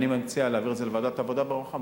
אני מציע להעביר את זה לוועדת העבודה והרווחה,